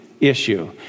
Issue